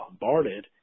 bombarded